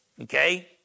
Okay